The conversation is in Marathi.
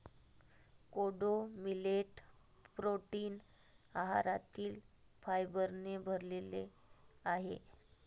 कोडो मिलेट प्रोटीन आहारातील फायबरने भरलेले आहे